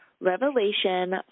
Revelation